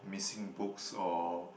missing books or